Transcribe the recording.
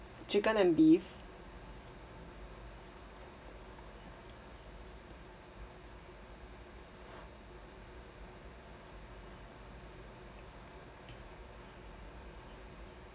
chicken and beef